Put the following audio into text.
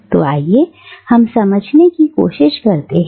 तो आइए हम समझने की कोशिश करते हैं